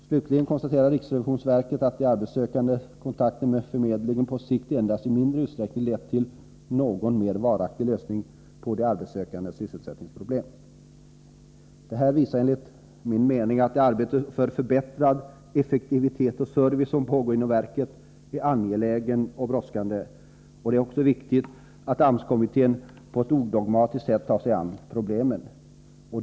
Slutligen konstaterar riksrevisionsverket att de arbetssökandes kontakter med arbetsförmedlingen på sikt endast i mindre utsträckning lett till någon mer varaktig lösning på de arbetssökandes sysselsättningsproblem. Det här visar enligt min mening att det arbete för förbättrad effektivitet och service som pågår inom verket är angeläget och brådskande. Det är också viktigt att AMS-kommittén på ett odogmatiskt sätt tar sig an problemen.